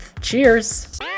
Cheers